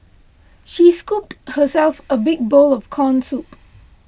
she scooped herself a big bowl of Corn Soup